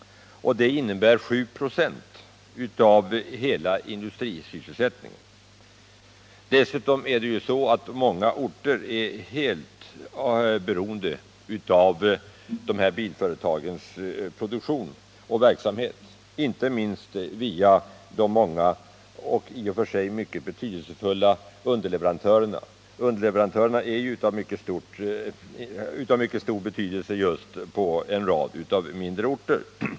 Det innebär 7 96 av hela industrisysselsättningen. Dessutom är många orter helt beroende av dessa bilföretags produktion och verksamhet, inte minst via de många och i och för sig mycket betydelsefulla underleverantörerna. Särskilt stor betydelse har dessa på en rad mindre orter.